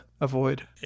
avoid